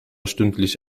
stündlich